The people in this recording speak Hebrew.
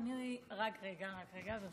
ברשותך אדוני, רק רגע, רק רגע.